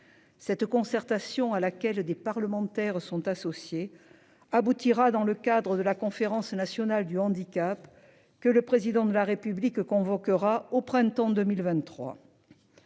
Cette concertation à laquelle des parlementaires sont associés aboutira dans le cadre de la conférence nationale du handicap que le président de la République convoquera au printemps 2023.--